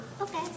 Okay